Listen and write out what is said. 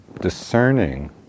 discerning